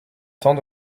temps